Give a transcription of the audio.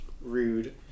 Rude